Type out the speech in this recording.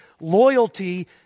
loyalty